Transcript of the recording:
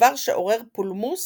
דבר שעורר פולמוס